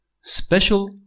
special